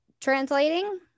translating